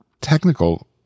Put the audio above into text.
technical